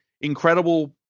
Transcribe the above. incredible